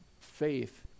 faith